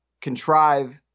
contrive